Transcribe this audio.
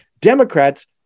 Democrats